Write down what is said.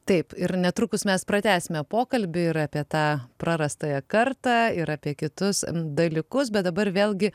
taip ir netrukus mes pratęsime pokalbį ir apie tą prarastąją kartą ir apie kitus dalykus bet dabar vėlgi